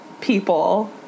People